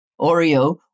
Oreo